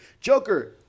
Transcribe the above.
Joker